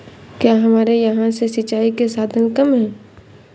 क्या हमारे यहाँ से सिंचाई के साधन कम है?